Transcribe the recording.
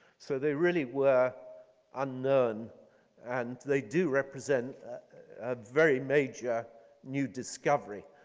so they really were unknown and they do represent a very major new discovery.